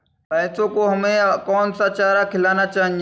भैंसों को हमें कौन सा चारा खिलाना चाहिए?